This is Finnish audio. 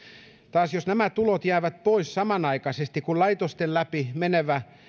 taas jos nämä tulot jäävät pois samanaikaisesti kun laitosten läpi menevä